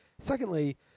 Secondly